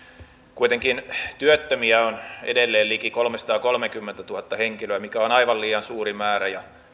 kuitenkin työttömiä on edelleen liki kolmesataakolmekymmentätuhatta henkilöä mikä on aivan liian suuri määrä ja